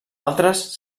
altres